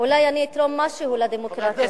אולי אני אתרום משהו לדמוקרטיה.